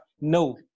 No